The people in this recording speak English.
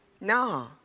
No